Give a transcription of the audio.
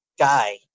guy